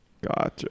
Gotcha